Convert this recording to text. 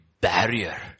barrier